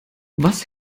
was